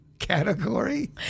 category